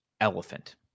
elephant